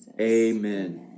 Amen